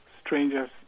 Strangers